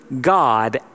God